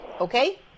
Okay